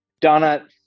Donna